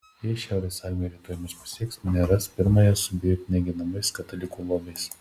jei šiaurės armija rytoj mus pasieks mane ras pirmąją su beveik neginamais katalikų lobiais